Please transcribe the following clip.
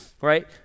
right